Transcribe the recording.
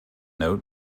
note